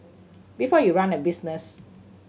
before you run a business